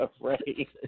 right